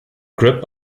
grip